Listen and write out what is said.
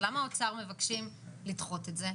אז למה האוצר מבקשים לדחות את זה?